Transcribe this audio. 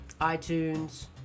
iTunes